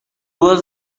voz